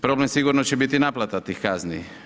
Problem sigurno će biti naplata tih kazni.